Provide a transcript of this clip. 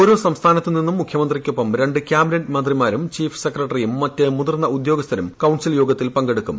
ഓരോ സംസ്ഥാനത്തുനിന്നും മുഖ്യമന്ത്രിക്കൊപ്പം രണ്ട് കാബിനറ്റ് മന്ത്രിമാരും ചീഫ് സെക്രട്ടറിയും മറ്റ് മുതിർന്ന ഉദ്യോഗസ്ഥരും കൌൺസിൽ യോഗത്തിൽ പങ്കെടുക്കും